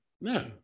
No